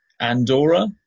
Andorra